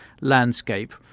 landscape